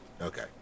Okay